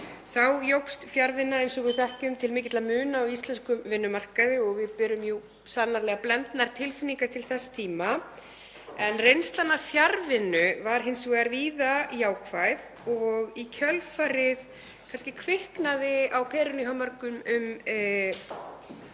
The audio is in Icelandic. Þá jókst fjarvinna, eins og við þekkjum, til mikilla muna á íslenskum vinnumarkaði. Við berum jú sannarlega blendnar tilfinningar til þess tíma en reynslan af fjarvinnu var hins vegar víða jákvæð og í kjölfarið kviknaði kannski á perunni hjá mörgum um